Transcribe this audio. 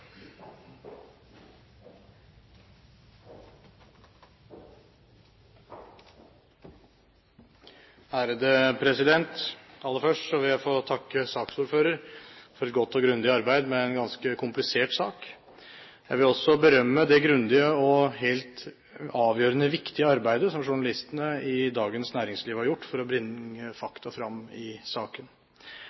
Aller først vil jeg få takke saksordføreren for et godt og grundig arbeid med en ganske komplisert sak. Jeg vil også berømme det grundige og helt avgjørende viktige arbeidet som journalistene i Dagens Næringsliv har gjort for å bringe fram fakta i saken.